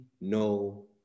no